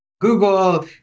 Google